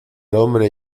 hombre